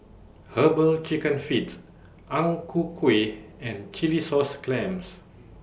Herbal Chicken Feet Ang Ku Kueh and Chilli Sauce Clams